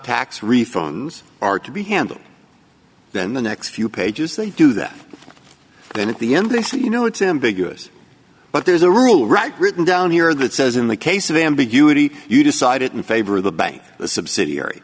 tax refunds are to be handled then the next few pages they do that then at the end they say you know it's ambiguous but there's a rule right written down here that says in the case of ambiguity you decided in favor of the bank the subsidiary